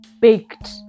baked